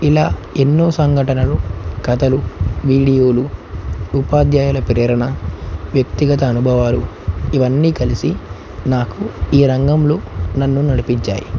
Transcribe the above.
ఇలా ఎన్నో సంఘటనలు కథలు వీడియోలు ఉపాధ్యాయుల ప్రేరణ వ్యక్తిగత అనుభవాలు ఇవన్నీ కలిసి నాకు ఈ రంగంలో నన్ను నడిపించాయి